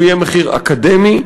הוא יהיה מחיר אקדמי,